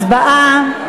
הצבעה.